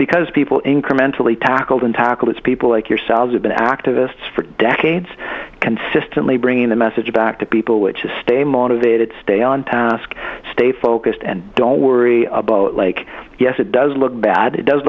because people incrementally tackled and tackle it's people like yourselves have been activists for decades consistently bringing the message back to people which is stay motivated stay on task stay focused and don't worry about like yes it does look bad it does